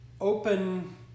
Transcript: open